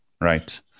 Right